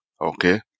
okay